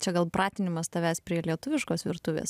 čia gal pratinimas tavęs prie lietuviškos virtuvės